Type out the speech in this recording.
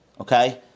okay